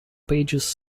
pages